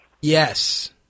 Yes